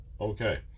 Okay